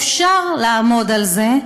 אפשר לעמוד על זה,